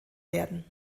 werden